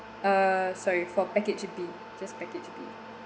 uh sorry for package B just package B